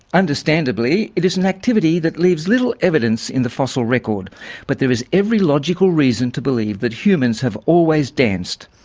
understandably it is an activity that leaves little evidence in the fossil record but there is every logical reason to believe that humans have always danced.